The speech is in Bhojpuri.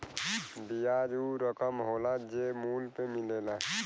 बियाज ऊ रकम होला जे मूल पे मिलेला